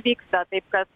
vyksta taip kad